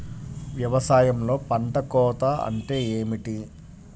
వ్యవసాయంలో పంట కోత అంటే ఏమిటి?